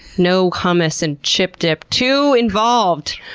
no hummus and chip dip. too involved!